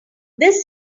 this